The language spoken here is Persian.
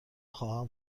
خواهم